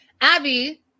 Abby